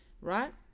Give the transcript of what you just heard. right